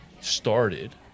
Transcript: started